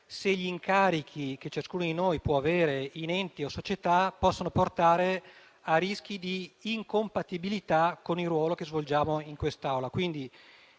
se gli incarichi che ciascuno di noi può avere in enti o società possono portare a rischi di incompatibilità con il ruolo che svolgiamo in quest'Aula.